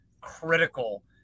critical